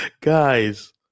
guys